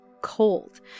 cold